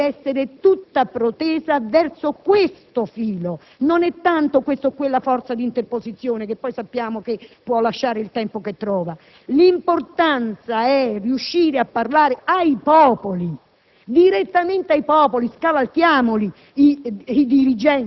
Credo che il nostro Governo e la nostra azione debbano essere tutti protesi verso questo filo. Non si tratta tanto di questa o quella forza di interposizione, che sappiamo che può lasciare il tempo che trova. L'importante è riuscire a parlare ai popoli,